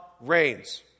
reigns